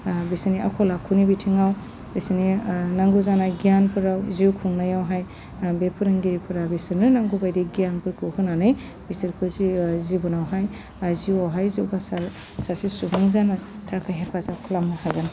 बिसोरनि आखल आखुनि बिथिङाव बिसोरनि नांगौ जानाय गियानफोराव जिउ खुंनायावहाय बे फोरोंगिरिफोरा बिसोरनो नांगौ बायदि गियानफोरखौ होनानै बिसोरखौ जि जिबनावहाय ओह जिउ आवहाय जौगासार सासे सुबुं जानो थाखाइ हेफाजाब खालामनो हागोन